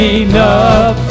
enough